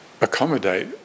accommodate